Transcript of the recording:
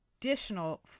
additional